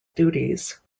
duties